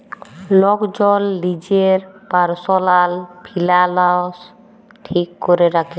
lock জল লিজের পারসলাল ফিলালস ঠিক ক্যরে রাখে